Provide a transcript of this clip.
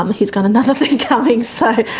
um he's got another think coming. so